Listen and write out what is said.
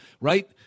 right